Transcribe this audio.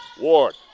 Ward